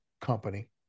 company